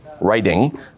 writing